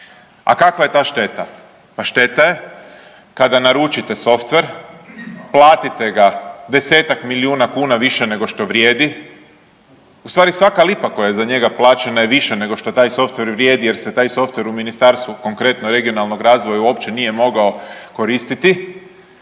A kakva je ta šteta? Pa šteta je kada naručite softver, platite ga 10-tak milijuna kuna više nego što vrijedi, u stvari svaka lipa koja je za njega plaćena je više nego što taj softver vrijedi jer se taj softver u ministarstvu konkretno regionalnoga razvoja uopće nije mogao koristiti,